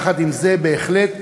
יחד עם זה, בהחלט